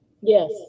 Yes